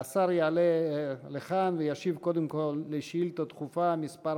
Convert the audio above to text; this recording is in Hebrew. השר יעלה לכאן וישיב קודם כול על שאילתה דחופה מס'